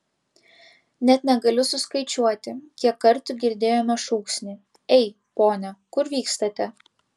net negaliu suskaičiuoti kiek kartų girdėjome šūksnį ei pone kur vykstate